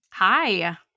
Hi